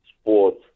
sports